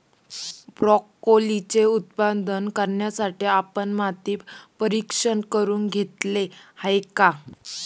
ब्रोकोलीचे उत्पादन करण्यासाठी आपण माती परीक्षण करुन घेतले आहे का?